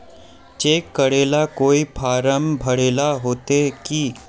Cheque करेला कोई form भरेले होते की?